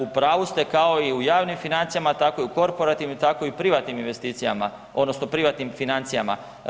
U pravu ste kao i u javnim financijama tako i u korporativnim, tako i u privatnim investicijama odnosno privatnim financijama.